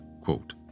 quote